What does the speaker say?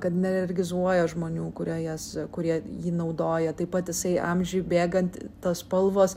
kad nealergizuoja žmonių kurie jas kurie jį naudoja taip pat jisai amžiui bėgant tos spalvos